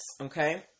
okay